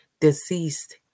deceased